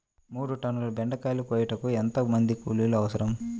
మూడు టన్నుల బెండకాయలు కోయుటకు ఎంత మంది కూలీలు అవసరం?